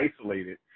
isolated